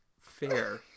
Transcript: Fair